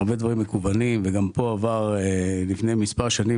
הרבה דברים מקוונים וגם פה עבר לפני מספר שנים,